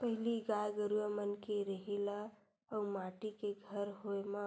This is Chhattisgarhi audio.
पहिली गाय गरुवा मन के रेहे ले अउ माटी के घर होय म